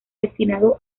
destinado